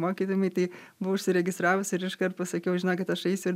mokydami tai buvo užsiregistravusi ir iškart pasakiau žinokit aš eisiu ir